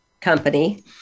company